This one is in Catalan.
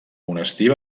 monestir